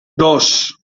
dos